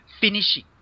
finishing